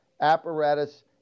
apparatus